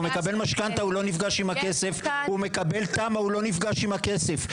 הוא מקבל משכנתא, הוא לא נפגש עם הכסף.